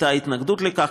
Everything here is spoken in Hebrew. הייתה התנגדות לכך,